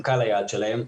הם קהל היעד שלהם.